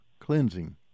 cleansing